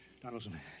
Donaldson